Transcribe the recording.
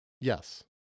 Yes